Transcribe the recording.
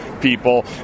people